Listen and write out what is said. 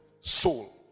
soul